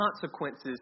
consequences